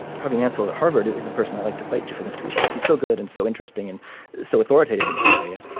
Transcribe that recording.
having counsel at harvard is a person i like to cite you for this please. he's so good and so interesting and so authoritative in this area.